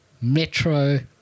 Metro